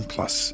Plus